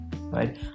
right